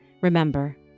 Remember